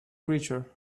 creature